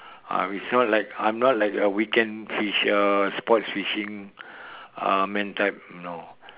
ah it's not like I'm not like a weekend fish uh sports fishing uh man type no